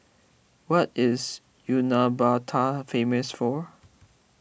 what is Ulaanbaatar famous for